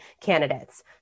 candidates